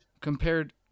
compared